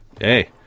hey